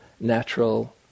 natural